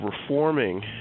reforming